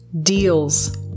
deals